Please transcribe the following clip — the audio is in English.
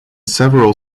several